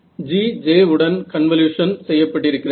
G J உடன் convolution செய்யப்பட்டிருக்கிறது